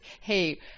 hey